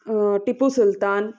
Tipu Sultan